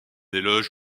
éloge